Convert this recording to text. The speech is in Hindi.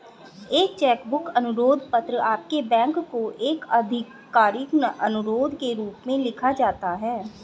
एक चेक बुक अनुरोध पत्र आपके बैंक को एक आधिकारिक अनुरोध के रूप में लिखा जाता है